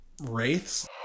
wraiths